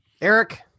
Eric